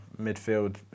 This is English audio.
midfield